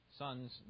sons